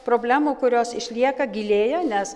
problemų kurios išlieka gilėja nes